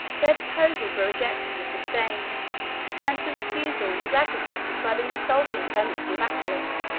their proposals were rejected with disdain and the refusal was aggravated by the insulting clemency of attalus,